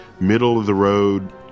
middle-of-the-road